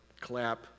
clap